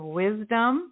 wisdom